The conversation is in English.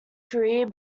career